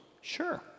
Sure